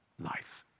life